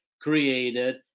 created